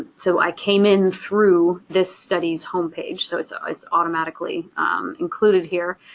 so i came in through this study's homepage, so it's ah it's automatically included here.